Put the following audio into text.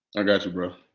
i got you bro.